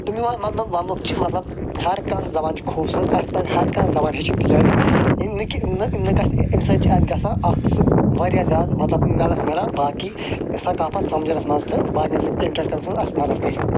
تہٕ میون مطلب وننُک چھُ مطلب ہر کانٛہہ زبان چھِ خوبصورت اسہِ پزِ ہر کانٛہہ زبان ہیچھِنۍ تِکیٚازِ نہٕ کہِ نہٕ امہِ سۭتۍ چھُ اسہِ گژھان اکھ سُہ واریاہ زیادٕ مدتھ ملان باقی ثقافت سمٕجھنس منٛز تہٕ باقین سۭتۍ مدتھ گژھان